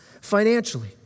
financially